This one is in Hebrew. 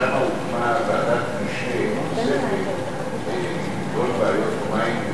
שם הוקמה ועדת משנה נוספת לכל בעיות המים.